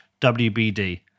WBD